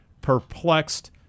perplexed